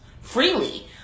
freely